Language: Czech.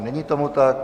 Není tomu tak.